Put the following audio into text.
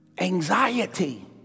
Anxiety